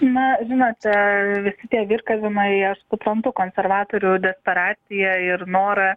na žinote visi tie virkavimai aš suprantu konservatorių desperaciją ir norą